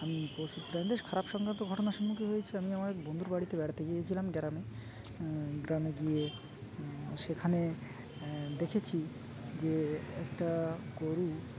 আমি পশু প্রাণীদের খারাপ সংক্রান্ত ঘটনার সম্মুখীন হয়েছি আমি আমার এক বন্ধুর বাড়িতে বেড়াতে গিয়েছিলাম গেরামে গ্রামে গিয়ে সেখানে দেখেছি যে একটা গরু